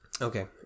Okay